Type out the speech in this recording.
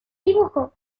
dibujo